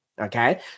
Okay